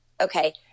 okay